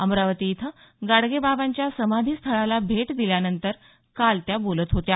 अमरावती इथं गाडगेबाबांच्या समाधीस्थळाला भेट दिल्यानंतर त्या काल बोलत होत्या